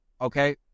okay